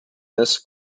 this